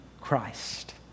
Christ